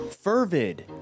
Fervid